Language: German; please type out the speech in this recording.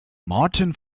martin